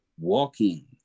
walking